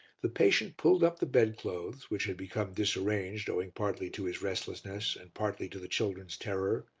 the patient pulled up the bed-clothes, which had become disarranged owing partly to his restlessness and partly to the children's terror,